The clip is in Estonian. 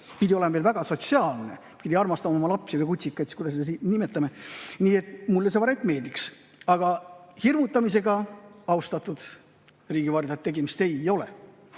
pidi olema veel väga sotsiaalne, pidi armastama oma lapsi või kutsikaid, kuidas me neid siis nimetame. Nii et mulle see variant meeldiks. Aga hirmutamisega, austatud riigivardjad, tegemist ei ole.